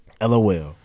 LOL